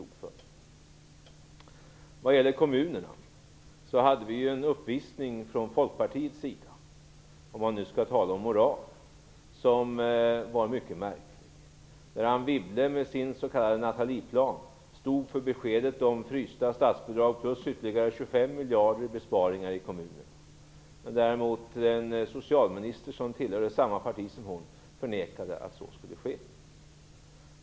När det gäller kommunerna hade vi en uppvisning från Folkpartiets sida, om man nu skall tala om moral, som var mycket märklig. Anne Wibble stod med sin Men socialministern som tillhörde samma parti som hon förnekade att så skulle ske.